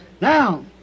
Now